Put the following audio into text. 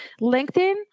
LinkedIn